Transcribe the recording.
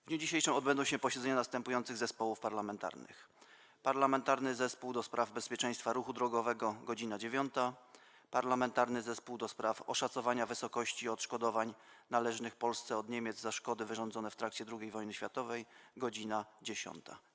W dniu dzisiejszym odbędą się posiedzenia następujących zespołów parlamentarnych: - Parlamentarnego Zespołu ds. Bezpieczeństwa Ruchu Drogowego - godz. 9, - Parlamentarnego Zespołu ds. Oszacowania Wysokości Odszkodowań Należnych Polsce od Niemiec za Szkody Wyrządzone w trakcie II Wojny Światowej - godz. 10.